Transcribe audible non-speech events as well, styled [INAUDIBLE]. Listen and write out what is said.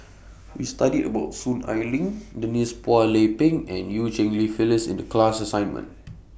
We studied about Soon Ai Ling Denise Phua Lay Peng and EU Cheng Li Phyllis in The class [NOISE] assignment